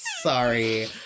Sorry